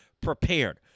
prepared